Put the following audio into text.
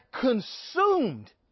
consumed